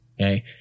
Okay